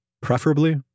preferably